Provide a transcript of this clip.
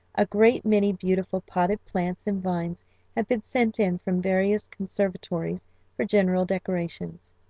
a great many beautiful potted plants and vines had been sent in from various conservatories for general decorations.